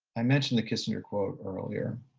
i mentioned the kissinger quote earlier.